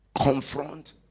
confront